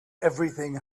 everything